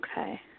Okay